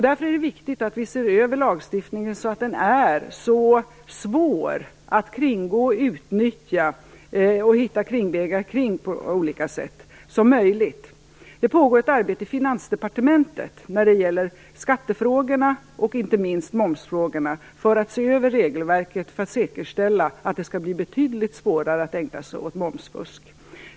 Därför är det viktigt att vi ser över lagstiftningen, så att den är så svår att kringgå och utnyttja som möjligt. När det gäller skattefrågor och inte minst momsfrågor pågår arbete i Finansdepartementet med att se över regelverket för att säkerställa att det skall bli betydligt svårare att ägna sig åt momsfusk.